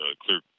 clear